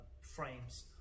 frames